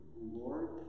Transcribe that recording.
Lord